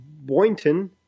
Boynton